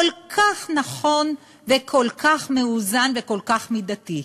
כל כך נכון וכל כך מאוזן וכל כך מידתי.